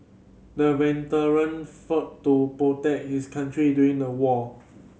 the veteran fought to protect his country during the war